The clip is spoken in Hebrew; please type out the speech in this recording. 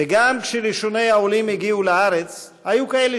וגם כשראשוני העולים הגיעו לארץ היו כאלה